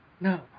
No